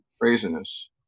Craziness